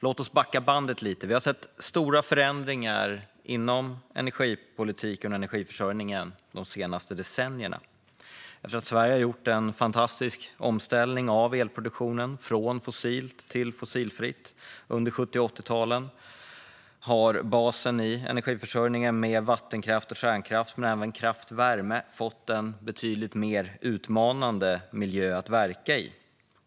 Låt oss backa bandet lite. Vi har sett stora förändringar inom energipolitiken och energiförsörjningen de senaste decennierna. Efter att Sverige har gjort en fantastisk omställning av elproduktionen från fossilt till fossilfritt under 70 och 80-talen har basen i energiförsörjningen - vattenkraft och kärnkraft men även kraftvärme - fått en betydligt mer utmanande miljö att verka i.